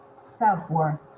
Self-worth